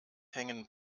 hängen